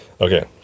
Okay